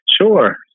Sure